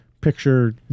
picture